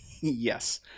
Yes